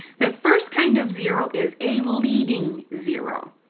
the first kind of zero is a leading zero.